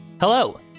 Hello